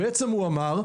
בעצם הוא אמר,